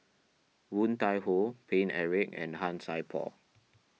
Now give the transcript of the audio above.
Woon Tai Ho Paine Eric and Han Sai Por